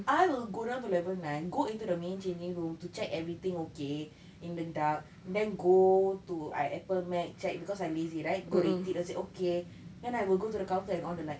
I will go down to level nine go into the main changing room to check everything okay in the dark then go to I apple mac check because I lazy right go rate it that's it okay then I will go to the counter and on the light